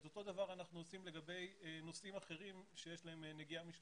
את אותו דבר אנחנו עושים לגבי נושאים אחרים שיש להם נגיעה משפטית.